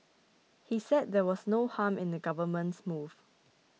he said there was no harm in the Government's move